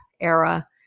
era